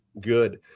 Good